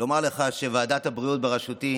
לומר לך שוועדת הבריאות בראשותי